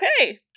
okay